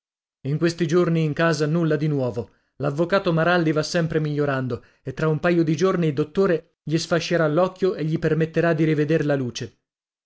in questi giorni in casa nulla dì nuovo l'avvocato maralli va sempre migliorando e tra un paio di giorni il dottore gli sfascerà l'occhio e gli permetterà di riveder la luce